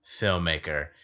filmmaker